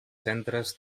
centres